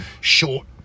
short